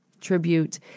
tribute